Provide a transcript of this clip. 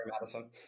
Madison